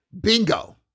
Bingo